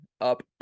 up